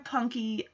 Punky